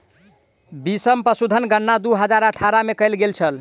बीसम पशुधन गणना दू हजार अठारह में कएल गेल छल